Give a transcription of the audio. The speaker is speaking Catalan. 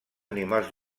animals